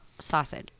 sausage